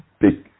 big